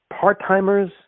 part-timers